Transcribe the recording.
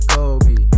Kobe